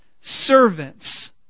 servants